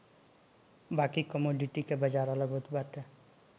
बाकी कमोडिटी बाजार के नियम शेयर बाजार से कुछ अलग होत बाटे